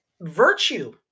virtue